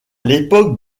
l’époque